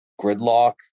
gridlock